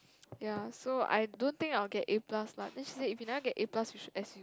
ya so I don't think I will get A plus lah then she said if you never get A plus you should S_U